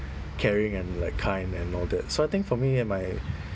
caring and like kind and all that so I think for me and my